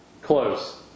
close